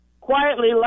quietly